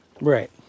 right